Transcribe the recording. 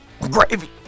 Gravy